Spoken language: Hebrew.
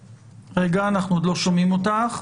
--- רגע, אנחנו עוד לא שומעים אותך.